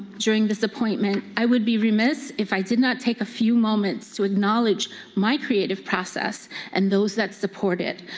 during this appointment, i would be remiss if i did not take a few moments to acknowledge my creative process and those that support it.